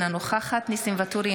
אינה נוכחת ניסים ואטורי,